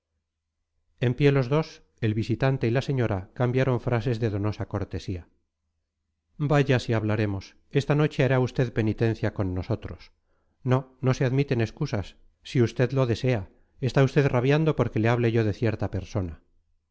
en pie los dos el visitante y la señora cambiaron frases de donosa cortesía vaya si hablaremos esta noche hará usted penitencia con nosotros no no se admiten excusas si usted lo desea está usted rabiando porque le hable yo de cierta persona